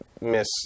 miss